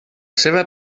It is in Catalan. seva